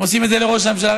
הם עושים את זה לראש הממשלה,